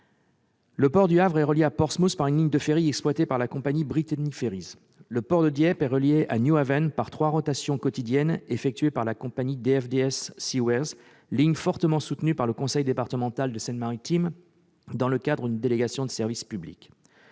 Le port du Havre est relié à Portsmouth par une ligne de ferry exploitée par la compagnie Brittany Ferries. Le port de Dieppe est relié à New Haven grâce à trois rotations quotidiennes, effectuées par la compagnie DFDS Seaways. Cette dernière ligne de ferry est fortement soutenue par le conseil départemental de Seine-Maritime dans le cadre d'une délégation de service public.